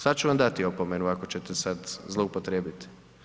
Sada ću vam dati opomenu, ako ćete sada zloupotrijebiti.